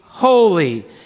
holy